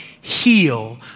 heal